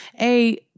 A-